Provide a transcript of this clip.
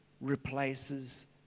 replaces